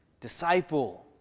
Disciple